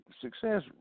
Success